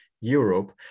europe